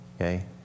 Okay